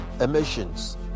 emissions